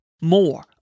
more